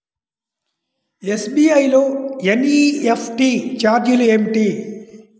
SBI లో NEFT ఛార్జీలు ఏమిటి?